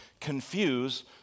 confuse